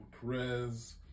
Perez